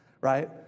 Right